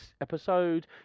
episode